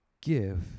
give